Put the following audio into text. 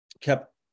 kept